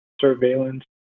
surveillance